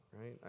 right